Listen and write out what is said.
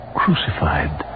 crucified